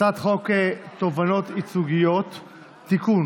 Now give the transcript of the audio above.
הצעת חוק תובענות ייצוגיות (תיקון,